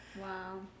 Wow